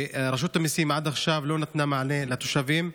ורשות המיסים עד עכשיו לא נתנה מענה לתושבים.